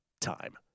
time